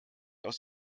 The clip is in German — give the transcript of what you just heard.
aus